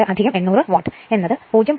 712 800 watt എന്ന് ഉള്ളത് 0